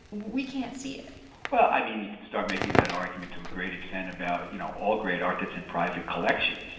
we can't see it well, i mean, you can start making that argument to a great extent about, you know, all great artists in private collections,